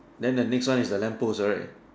then the next one is the lamp post right